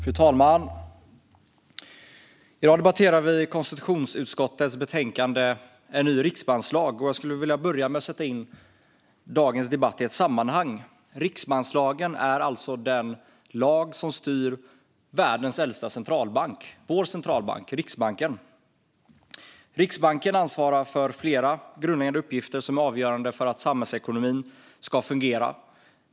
Fru talman! I dag debatterar vi konstitutionsutskottets betänkande En ny riksbankslag , och jag skulle vilja börja med att sätta in dagens debatt i ett sammanhang. Riksbankslagen är alltså den lag som styr världens äldsta centralbank - vår centralbank Riksbanken. Riksbanken ansvarar för flera grundläggande uppgifter som är avgörande för att samhällsekonomin ska fungera.